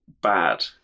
bad